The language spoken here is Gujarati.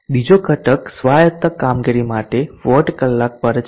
ત્રીજો ઘટક સ્વાયત્ત કામગીરી માટે વોટ કલાક પર છે